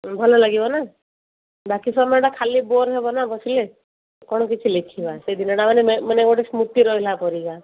ଭଲ ଲାଗିବ ନା ବାକି ସମୟଟା ଖାଲି ବୋର୍ ହବ ନା ବସିଲେ କ'ଣ କିଛି ଲେଖିବା ସେଇ ଦିନଟାମାନ ମାନେ ମାନେ ସ୍ମୃତି ରହିଲା ପରିକା